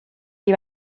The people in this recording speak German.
die